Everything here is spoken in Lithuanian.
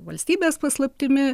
valstybės paslaptimi